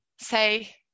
say